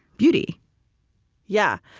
beauty yeah.